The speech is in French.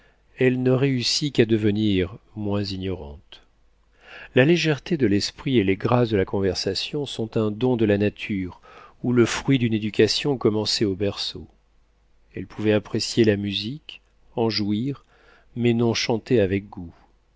elle ne réussit qu'à devenir moins ignorante la légèreté de l'esprit et les grâces de la conversation sont un don de la nature ou le fruit d'une éducation commencée au berceau elle pouvait apprécier la musique en jouir mais non chanter avec goût